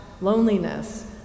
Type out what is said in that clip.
loneliness